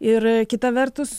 ir kita vertus